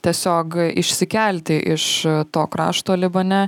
tiesiog išsikelti iš to krašto libane